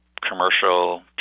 commercial